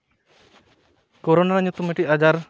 corona ᱧᱩᱛᱩᱢ ᱢᱤᱫᱴᱤᱡ ᱟᱡᱟᱨ